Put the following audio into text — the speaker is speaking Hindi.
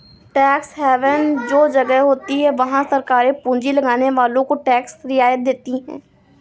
टैक्स हैवन वो जगह होती हैं जहाँ सरकारे पूँजी लगाने वालो को टैक्स में रियायत देती हैं